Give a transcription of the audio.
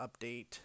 update